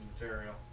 material